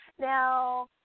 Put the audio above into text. Now